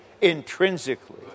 intrinsically